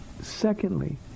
Secondly